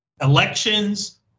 elections